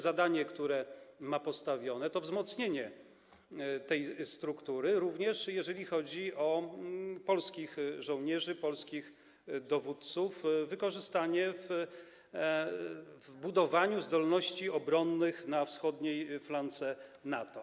Zadanie, które mu postawiono, to wzmocnienie tej struktury, również jeżeli chodzi o polskich żołnierzy, polskich dowódców, wykorzystanie w budowaniu zdolności obronnych na wschodniej flance NATO.